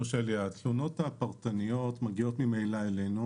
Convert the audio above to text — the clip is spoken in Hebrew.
התלונות הפרטניות מגיעות ממילא אלינו,